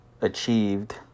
achieved